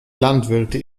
landwirte